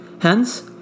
Hence